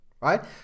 right